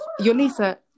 Yolisa